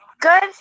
Good